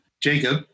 Jacob